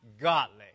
Godly